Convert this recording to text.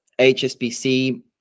HSBC